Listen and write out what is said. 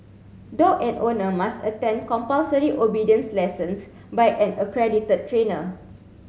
dog and owner must attend compulsory obedience lessons by an accredited trainer